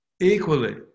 equally